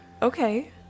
Okay